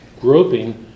groping